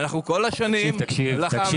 אנחנו כל השנים לחמנו,